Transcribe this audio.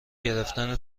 گرفتن